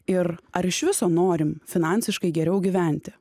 ir ar iš viso norim finansiškai geriau gyventi